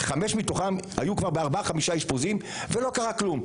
וחמש מתוכן היו כבר בארבעה-חמישה אשפוזים ולא קרה כלום,